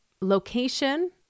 location